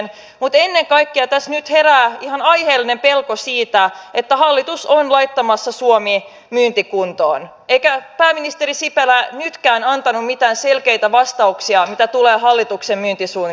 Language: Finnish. mutta ennen kaikkea tässä nyt herää ihan aiheellinen pelko siitä että hallitus on laittamassa suomea myyntikuntoon eikä pääministeri sipilä nytkään antanut mitään selkeitä vastauksia mitä tulee hallituksen myyntisuunnitelmiin